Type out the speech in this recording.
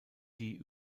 die